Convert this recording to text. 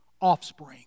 offspring